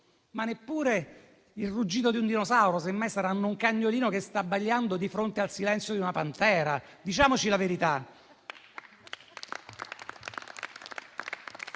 neppure il ruggito di un dinosauro, semmai è un cagnolino che sta abbaiando di fronte al silenzio di una pantera, diciamoci la verità.